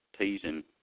teasing